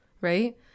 Right